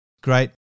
Great